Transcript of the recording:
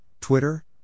Twitter